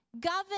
Govern